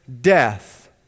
death